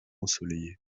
ensoleillé